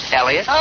Elliot